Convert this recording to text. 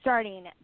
Starting